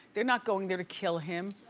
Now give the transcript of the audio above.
they're not going there to kill him.